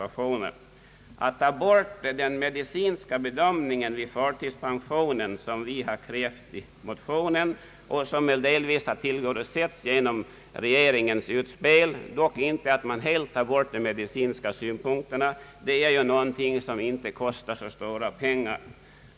Att ta bort den medicinska bedömningen beträffande förtidspension, som vi har krävt i motionen och som väl delvis har tillgodosetts genom regeringens ut spel — som dock inte innebär att de medicinska synpunkterna helt bortfaller — är inte någonting som kostar stora pengar.